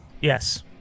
Yes